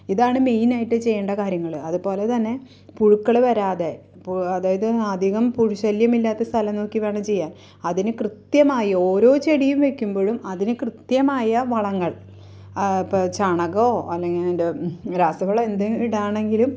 ഇതാണ് മെയിനായിട്ട് ചെയ്യേണ്ട കാര്യങ്ങള് അതുപോലെ തന്നെ പുഴുക്കള് വരാതെ അതായത് അധികം പുഴു ശല്യമില്ലാത്ത സ്ഥലം നോക്കി വേണം ചെയ്യാൻ അതിന് കൃത്യമായി ഓരോ ചെടിയും വെക്കുമ്പോഴും അതിന് കൃത്യമായ വളങ്ങൾ ഇപ്പോള് ചാണകമോ അല്ലെങ്കില് അതിൻ്റെ രാസവളം എന്തേ ഇടുകയാണെങ്കിലും